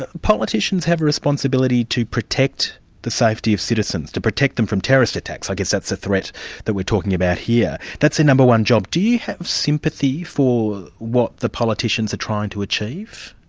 ah politicians have a responsibility to protect the safety of citizens, to protect them from terrorist attacks, i guess that's the threat that we're talking about here. that's a number one job do you have sympathy for what the politicians are trying to achieve?